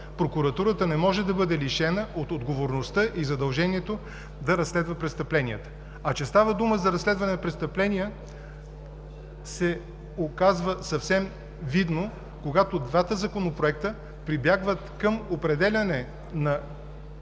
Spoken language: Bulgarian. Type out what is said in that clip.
Прокуратурата не може да бъде лишена от отговорността и задължението да разследва престъпленията. А че става дума за разследване на престъпления се става съвсем видно, когато двата законопроекта прибягват към определяне